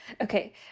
Okay